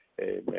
Amen